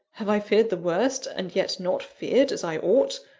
have i feared the worst, and yet not feared as i ought?